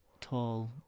tall